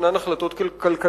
יש החלטות כלכליות-חברתיות.